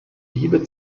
liebe